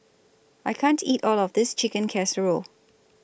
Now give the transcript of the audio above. I can't eat All of This Chicken Casserole